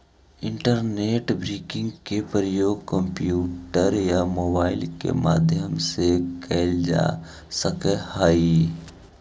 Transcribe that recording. internet banking के प्रयोग computer या मोबाइल के माध्यम से कैल जा सकऽ हइ